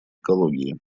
экологии